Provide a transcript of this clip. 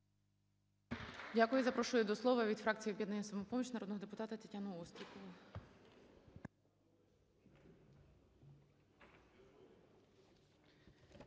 Дякую.